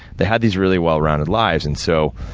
they had these really well-rounded lives. and so,